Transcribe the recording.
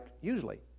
usually